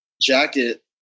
jacket